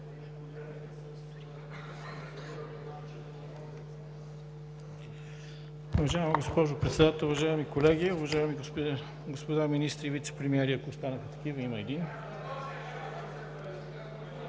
Уважаема госпожо Председател, уважаеми колеги, уважаеми господа министри и вицепремиери, ако останаха такива! Има един.